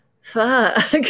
fuck